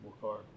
car